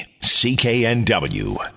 CKNW